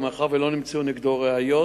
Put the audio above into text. ומאחר שלא נמצאו ראיות נגדו,